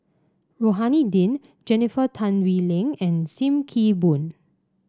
Rohani Din Jennifer Tan Bee Leng and Sim Kee Boon